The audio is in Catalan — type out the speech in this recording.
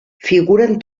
figuren